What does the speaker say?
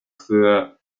für